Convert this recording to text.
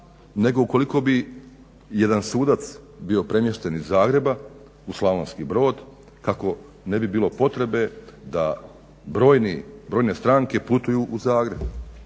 nego ukoliko bi jedan sudac bio premješten iz Zagreba u Slavonski Brod kako ne bi bilo potrebe da brojne stranke putuju u Zagreb,